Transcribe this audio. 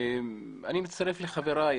אני מצטרף לחבריי.